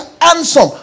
handsome